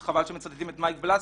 וחבל שמצטטים את מייק בלאס,